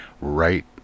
right